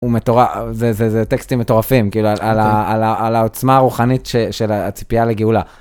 זה טקסטים מטורפים, על העוצמה הרוחנית של הציפייה לגאולה.